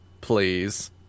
please